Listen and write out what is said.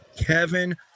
Kevin